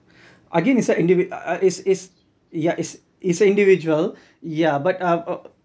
again it's a individ~ it's it's ya it's it's individual yeah but uh